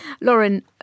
Lauren